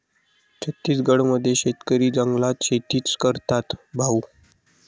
छत्तीसगड मध्ये शेतकरी जंगलात शेतीच करतात भाऊ